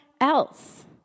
else